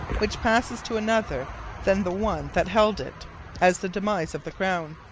which passes to another than the one that held it as the demise of the crown.